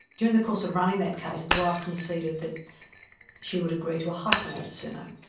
during the course of running that case the wife conceded that she would agree to a hyphenated surname,